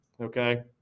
Okay